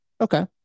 Okay